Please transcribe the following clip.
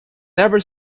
never